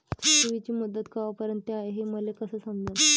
ठेवीची मुदत कवापर्यंत हाय हे मले कस समजन?